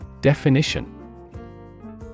Definition